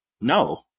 no